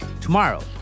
Tomorrow